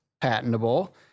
patentable